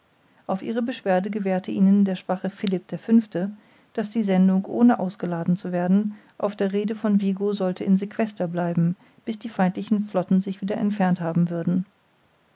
auf ihre beschwerde gewährte ihnen der schwache philipp v daß die sendung ohne ausgeladen zu werden auf der rhede zu vigo sollte in sequester bleiben bis die feindlichen flotten sich wieder entfernt haben würden